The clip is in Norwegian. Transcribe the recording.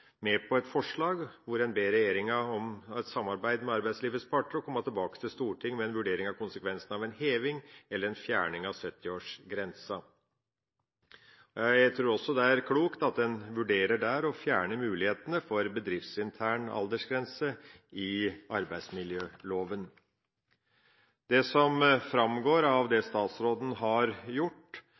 med på et forslag hvor en «ber regjeringen i samarbeid med arbeidslivets parter komme tilbake til Stortinget med en vurdering av konsekvensene av en heving eller fjerning av 70-årsgrensen». Jeg tror også det er klokt at en vurderer å fjerne mulighetene for bedriftsintern aldersgrense i arbeidsmiljøloven. Det som statsråden nå har gjort,